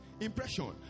impression